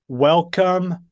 welcome